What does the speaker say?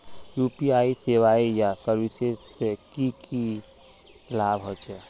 UPI सेवाएँ या services से की लाभ होचे?